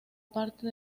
parte